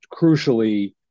crucially